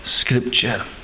Scripture